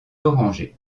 orangé